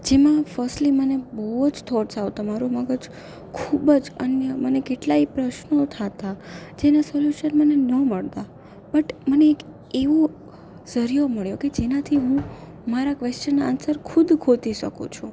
જેમાં ફર્સ્ટલી મને બહુ જ થોટ્સ આવતાં મારું મગજ ખૂબ જ અન્ય મને કેટલાય પ્રશ્નો થતાં જેના સોલ્યુશન મને ન મળતા બટ મને એક એવો ઝરિયો મળ્યો કે જેનાથી હું મારા ક્વેશ્ચનના આન્સર ખુદ ગોતી શકું છું